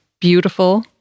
beautiful